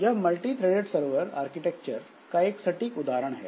यह multithreaded server architecture का एक सटीक उदाहरण है